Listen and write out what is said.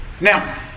Now